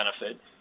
benefit